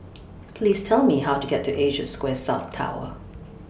Please Tell Me How to get to Asia Square South Tower